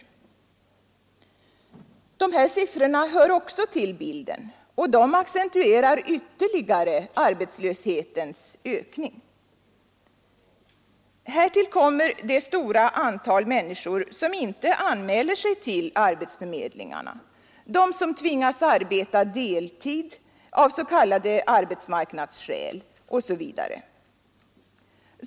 Dessa siffror hör också till bilden och accentuerar ytterligare arbetslöshetens ökning. Härtill kommer det stora antal människor som inte anmäler sig till arbetsförmedlingarna, de som tvingas arbeta deltid av s.k. arbetsmarknadsskäl osv.